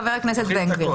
חבר הכנסת בן גביר.